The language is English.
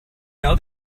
know